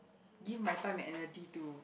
give my time and energy to